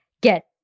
get